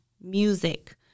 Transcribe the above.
music